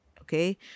Okay